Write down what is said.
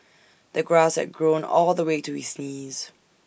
the grass had grown all the way to his knees